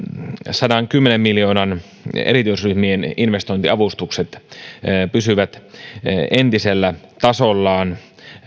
sadankymmenen miljoonan erityisryhmien investointiavustukset pysyvät entisellä tasollaan